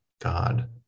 God